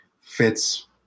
fits